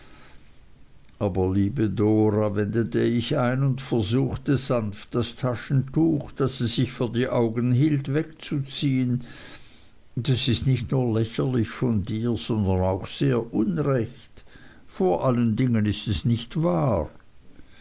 aber liebe dora wendete ich ein und versuchte sanft das taschentuch das sie sich vor die augen hielt wegzuziehen das ist nicht nur lächerlich von dir sondern auch sehr unrecht vor allen dingen ist es nicht wahr